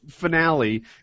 finale